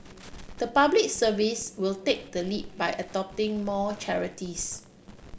the Public Service will take the lead by adopting more charities